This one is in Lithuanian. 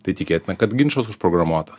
tai tikėtina kad ginčas užprogramuotas